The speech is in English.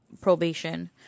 probation